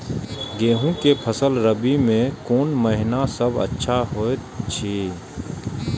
गेहूँ के फसल रबि मे कोन महिना सब अच्छा होयत अछि?